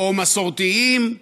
או מסורתיים,